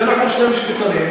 ואנחנו שני משפטנים,